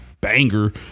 banger